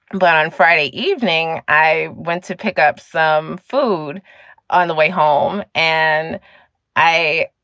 and but on on friday evening, i went to pick up some food on the way home and i,